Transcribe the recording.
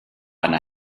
einer